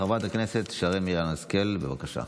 חברת הכנסת שרן מרים השכל, בבקשה.